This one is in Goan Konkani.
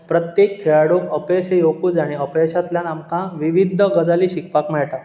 प्रत्येक खेळाडूक अपयश हें येंवकूच जाय आनी अपयशातल्यान आमकां विवीध गजाली शिकपाक मेळटा